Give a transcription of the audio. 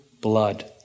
blood